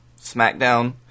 SmackDown